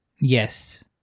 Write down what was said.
Yes